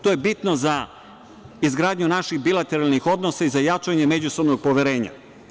To je bitno za izgradnju naših bilateralnih odnosa i za jačanje međusobnog poverenja.